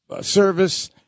Service